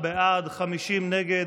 50 נגד.